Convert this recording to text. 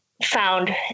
found